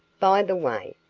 by the way,